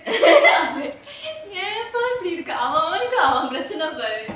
ஏன் பா அப்டிருக்க அவனவனுக்கு அவன் பிரச்னை பாரு:yaen pa apdiruka avanavanuku avan prachanai paaru